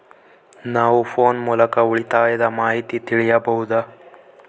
ನಾವು ಫೋನ್ ಮೂಲಕ ಉಳಿತಾಯದ ಮಾಹಿತಿ ತಿಳಿಯಬಹುದಾ?